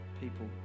people